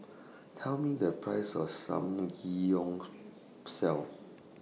Tell Me The Price of Samgyeopsal